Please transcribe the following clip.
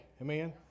amen